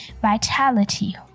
vitality